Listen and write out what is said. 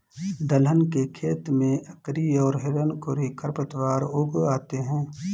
दलहन के खेत में अकरी और हिरणखूरी खरपतवार उग आते हैं